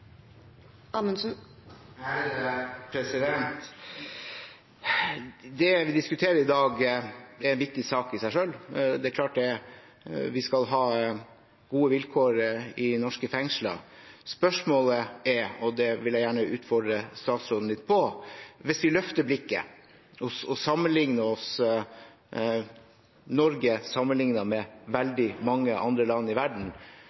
en viktig sak i seg selv. Det er klart vi skal ha gode vilkår i norske fengsler. Spørsmålet jeg gjerne vil utfordre statsråden på, gjelder: Hvis vi løfter blikket og sammenlikner oss, Norge, med veldig mange land i verden,